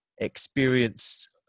experience